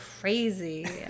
Crazy